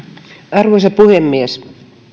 arvoisa puhemies